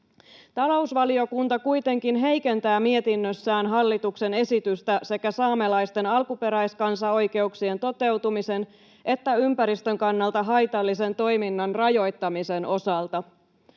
Talousvaliokunta kuitenkin heikentää mietinnössään hallituksen esitystä sekä saamelaisten alkuperäiskansaoikeuksien toteutumisen että ympäristön kannalta haitallisen toiminnan rajoittamisen osalta.